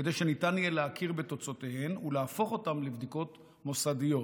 כדי שניתן יהיה להכיר בתוצאותיהן ולהפוך אותן לבדיקות מוסדיות.